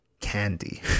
candy